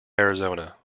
arizona